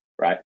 right